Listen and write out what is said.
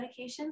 medications